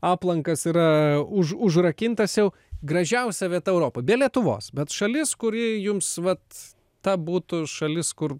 aplankas yra už užrakintas jau gražiausia vieta europoj be lietuvos bet šalis kuri jums vat ta būtų šalis kur